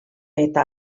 eta